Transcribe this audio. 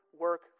work